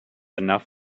enough